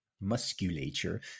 musculature